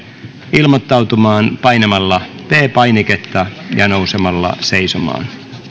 ilmoittautumaan painamalla p painiketta ja nousemalla seisomaan